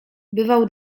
bywał